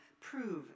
prove